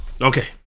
Okay